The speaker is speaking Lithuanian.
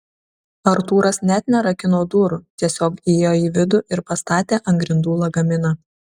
artūras net nerakino durų tiesiog įėjo į vidų ir pastatė ant grindų lagaminą